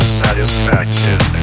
satisfaction